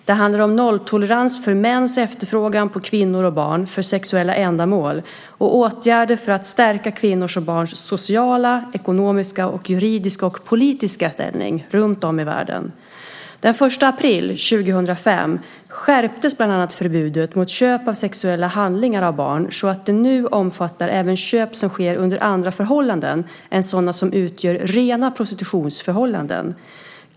Det handlar om nolltolerans för mäns efterfrågan på kvinnor och barn för sexuella ändamål och åtgärder för att stärka kvinnors och barns sociala, ekonomiska, juridiska och politiska ställning runtom i världen. Den 1 april 2005 skärptes bland annat förbudet mot köp av sexuella handlingar av barn så att det nu omfattar även köp som sker under andra förhållanden än sådana som utgör rena prostitutionsförhållanden.